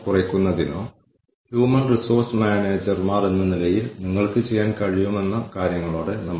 കൂടാതെ സമതുലിതമായ സ്കോർകാർഡ് ഉപയോഗിച്ച് എങ്ങനെ സ്ട്രാറ്റജി മാപ്പ് ചെയ്യാം എന്നതിന്റെ ഒരു ഉദാഹരണം ഇവിടെ കാണുക